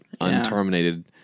unterminated